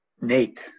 Nate